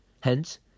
Hence